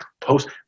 post